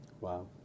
Wow